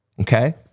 okay